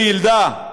או ילדה,